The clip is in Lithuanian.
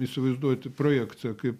įsivaizduoti projekciją kaip